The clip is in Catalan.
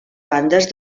bandes